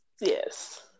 Yes